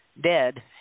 dead